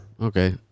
Okay